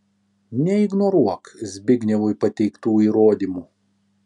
neignoruok zbignevui pateiktų įrodymų